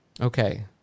Okay